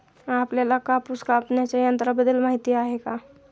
आपल्याला कापूस कापण्याच्या यंत्राबद्दल माहीती आहे का?